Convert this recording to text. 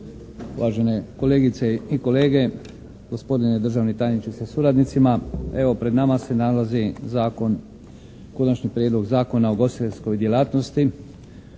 Uvažene kolegice i kolege, gospodine državni tajniče sa suradnicima. Evo pred nama se nalazi zakon, Konačni prijedlog zakona o ugostiteljskoj djelatnosti